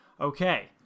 okay